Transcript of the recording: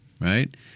right